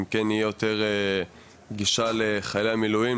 אם כן יהיה יותר גישה לחיילי המילואים,